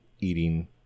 Eating